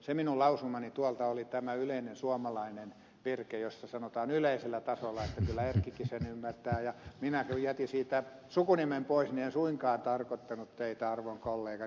se minun lausumani oli tämä yleinen suomalainen virke kun sanotaan yleisellä tasolla että kyllä erkkikin sen ymmärtää ja kun minä jätin siitä sukunimen pois niin en suinkaan tarkoittanut teitä arvon kollegani